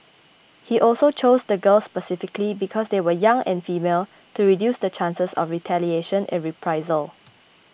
he also chose the girls specifically because they were young and female to reduce the chances of retaliation and reprisal